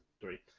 three